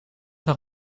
nog